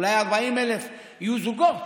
אולי 40,000 יהיו זוגות,